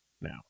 now